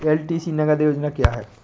LTC नगद योजना क्या है?